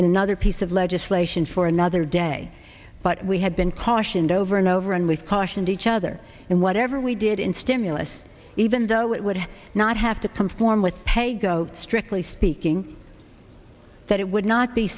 in another piece of legislation for another day but we had been cautioned over and over and we've cautioned each other in whatever we did in stimulus even though it would not have to conform with pay go strictly speaking that it would not be